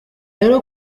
rero